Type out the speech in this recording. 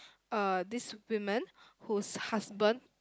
uh this women whose husband